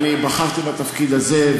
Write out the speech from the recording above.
ואני בחרתי בתפקיד הזה,